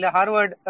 Harvard